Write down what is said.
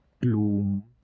gloom